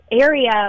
area